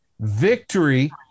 victory